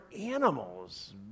animals